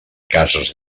cases